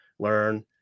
Learn